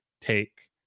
take